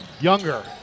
Younger